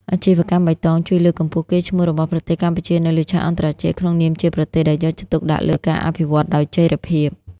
អាជីវកម្មបៃតងជួយលើកកម្ពស់កេរ្តិ៍ឈ្មោះរបស់ប្រទេសកម្ពុជានៅលើឆាកអន្តរជាតិ ក្នុងនាមជាប្រទេសដែលយកចិត្តទុកដាក់លើការអភិវឌ្ឍដោយចីរភាព។